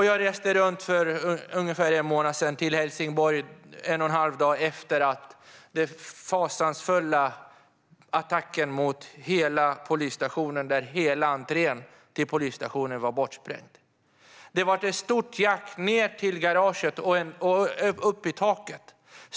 Jag besökte för någon månad sedan också Helsingborg ett par dagar efter den fasansfulla attacken mot polisstationen, där hela entrén var bortsprängd, och det var stora skador hela vägen ned till garaget och upp till taket.